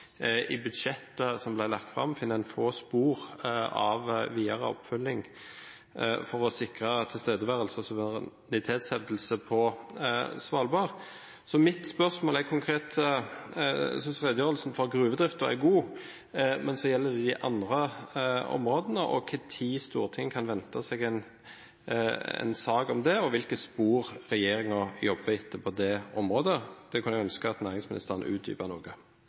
I budsjettet som ble lagt fram, finner en få spor av videre oppfølging for å sikre tilstedeværelse og suverenitetshevdelse på Svalbard. Jeg synes redegjørelsen om gruvedriften er god, men når det gjelder de andre områdene, lurer jeg på når Stortinget kan vente seg en sak om dem, og hvilke spor regjeringen jobber etter på de områdene. Det kunne jeg ønske at næringsministeren